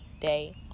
day